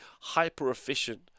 hyper-efficient